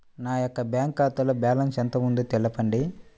నా యొక్క బ్యాంక్ ఖాతాలో బ్యాలెన్స్ ఎంత ఉందో తెలపండి?